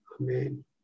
Amen